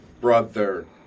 brother